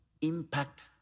impact